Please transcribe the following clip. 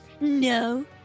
No